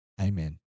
Amen